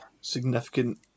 significant